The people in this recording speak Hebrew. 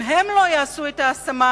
שימו לב, אם הם לא יעשו את ההשמה,